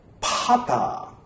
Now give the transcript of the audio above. papa